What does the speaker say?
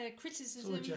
criticism